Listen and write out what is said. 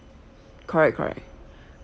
correct correct